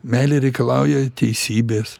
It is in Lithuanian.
meilė reikalauja teisybės